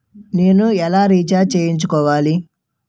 నేను ఎలా రీఛార్జ్ చేయించుకోవాలి?